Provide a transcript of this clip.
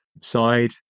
side